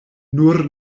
nur